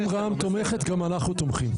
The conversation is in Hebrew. אם רע"מ תומכת, גם אנחנו תומכים.